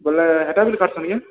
ବୋଲେ ହେଇଟା କାଟୁଛନ୍ତି କେ